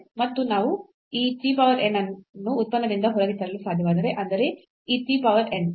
ಮತ್ತು ನಾವು ಈ t power n ಅನ್ನು ಉತ್ಪನ್ನದಿಂದ ಹೊರಗೆ ತರಲು ಸಾಧ್ಯವಾದರೆ ಅಂದರೆ ಈ t power n